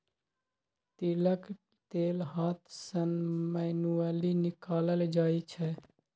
तिलक तेल हाथ सँ मैनुअली निकालल जाइ छै